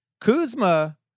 Kuzma